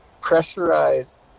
pressurized